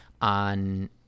on